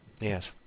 Yes